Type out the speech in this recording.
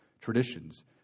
traditions